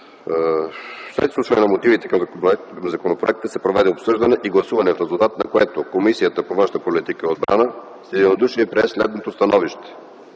След изслушване на мотивите към законопроекта се проведе обсъждане и гласуване, в резултат на което Комисията по външна политика и отбрана с единодушие прие следното становище: